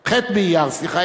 ח' באייר, סליחה.